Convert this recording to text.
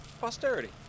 posterity